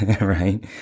right